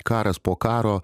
karas po karo